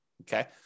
Okay